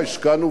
השקענו כאן,